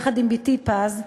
יחד עם בתי פז,